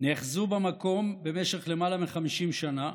הם נאחזו במקום במשך למעלה מ-50 שנה,